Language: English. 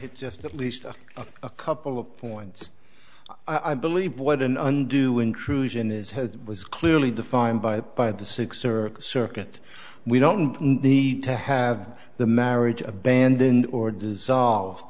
it just at least a couple of points i believe what an undue intrusion is had was clearly defined by the by the six or circuit we don't need to have the marriage abandoned or dissolved